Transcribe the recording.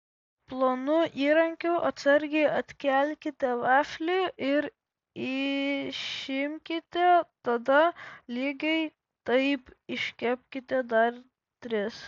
plonu įrankiu atsargiai atkelkite vaflį ir išimkite tada lygiai taip iškepkite dar tris